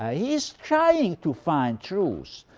ah he's trying to find truth.